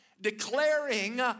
declaring